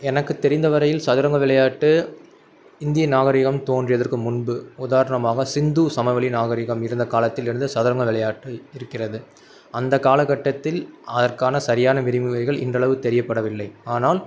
எனக்குத் தெரிந்த வரையில் சதுரங்க விளையாட்டு இந்திய நாகரிகம் தோன்றியதற்கு முன்பு உதாரணமாக சிந்து சமவெளி நாகரிகம் இருந்த காலத்தில் இருந்து சதுரங்க விளையாட்டு இருக்கிறது அந்தக் காலகட்டத்தில் அதற்கான சரியான விதிமுறைகள் இன்றளவு தெரியப்படவில்லை ஆனால்